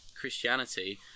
Christianity